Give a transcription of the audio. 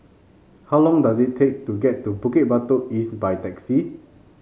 how long does it take to get to Bukit Batok East by taxi